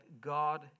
God